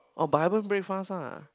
oh but haven't break fast ah